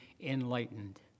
enlightened